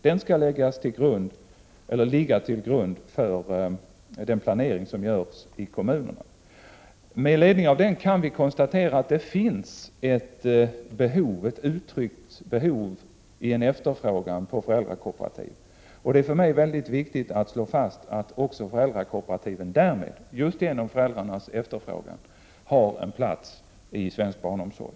Den undersökningen skall ligga till grund för den planering som görs i kommunerna. Med ledning av den kan vi konstatera att det finns ett behov av och en efterfrågan på föräldrakooperativ. Det är för mig mycket viktigt att slå fast att också föräldrakooperativ därmed, just på grund av föräldrarnas efterfrågan, har en plats i svensk barnomsorg.